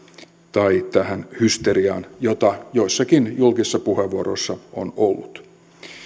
tai tähän hysteriaan jota joissakin julkisissa puheenvuoroissa on ollut